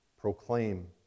proclaim